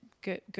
good